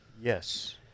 Yes